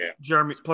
Jeremy